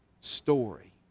story